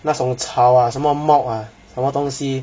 那种吵 ah 什么梦 ah 什么东西